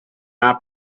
not